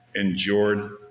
endured